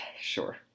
Sure